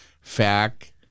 fact